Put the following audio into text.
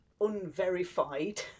unverified